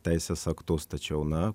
teisės aktus tačiau na